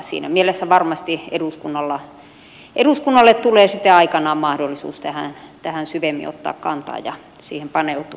siinä mielessä varmasti eduskunnalle tulee sitten aikanaan mahdollisuus tähän syvemmin ottaa kantaa ja siihen paneutua